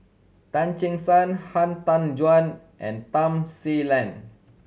Tan Che Sang Han Tan Juan and Tham Sien